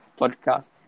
podcast